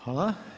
Hvala.